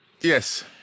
Yes